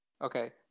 Okay